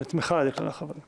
היא נתמכה על ידי כלל החברים,